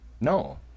No